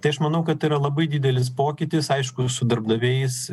tai aš manau kad yra labai didelis pokytis aišku su darbdaviais